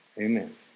Amen